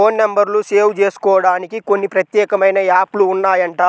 phone నెంబర్లు save జేసుకోడానికి కొన్ని ప్రత్యేకమైన యాప్ లు ఉన్నాయంట